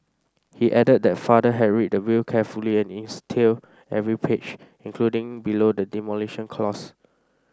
he added that father had read the will carefully and every page including below the demolition clause